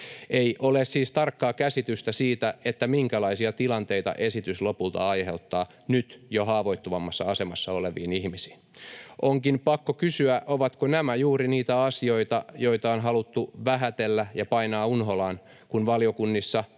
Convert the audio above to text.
Ei ole siis tarkkaa käsitystä siitä, minkälaisia tilanteita esitys lopulta aiheuttaa nyt jo haavoittuvimmassa asemassa oleviin ihmisiin. Onkin pakko kysyä, ovatko nämä juuri niitä asioita, joita on haluttu vähätellä ja painaa unholaan, kun valiokunnissa